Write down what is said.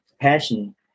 passion